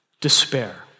despair